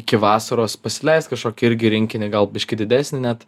iki vasaros pasileist kažkokį irgi rinkinį gal biškį didesnį net